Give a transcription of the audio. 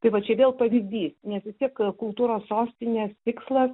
tai va čia vėl pavyzdys nes vis tiek kultūros sostinės tikslas